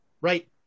Right